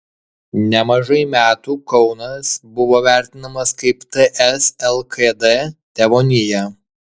nemažai metų kaunas buvo vertinamas kaip ts lkd tėvonija